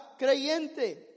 creyente